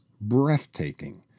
breathtaking